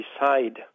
decide